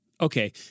Okay